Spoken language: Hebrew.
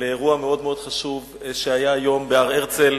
לאירוע חשוב מאוד שהיה היום בהר-הרצל